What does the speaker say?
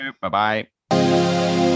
Bye-bye